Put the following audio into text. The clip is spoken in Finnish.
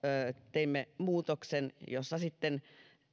teimme muutoksen jossa sitten